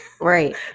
Right